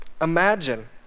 imagine